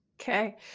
Okay